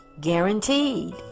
guaranteed